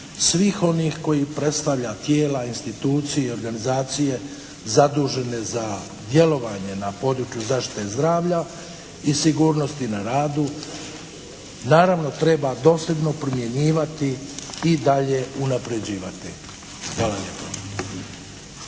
svih onih koji predstavljaju tijela, institucije, organizacije zadužene za djelovanje na području zaštite zdravlja i sigurnosti na radu naravno treba dosljedno primjenjivati i dalje unapređivati. Hvala lijepo.